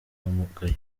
umugayo